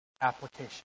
application